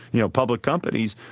you know, public companies.